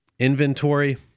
inventory